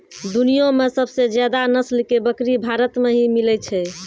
दुनिया मॅ सबसे ज्यादा नस्ल के बकरी भारत मॅ ही मिलै छै